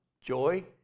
joy